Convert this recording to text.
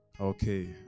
Okay